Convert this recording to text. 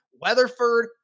Weatherford